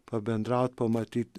pabendraut pamatyt